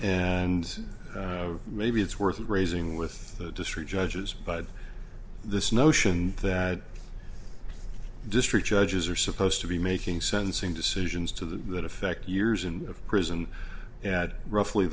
and maybe it's worth raising with the district judges but this notion that district judges are supposed to be making sense in decisions to the effect years in a prison at roughly